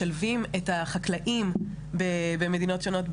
משלבים את החקלאים במדינות שונות,